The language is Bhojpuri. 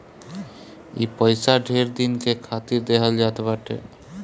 ई पइसा ढेर दिन के खातिर देहल जात बाटे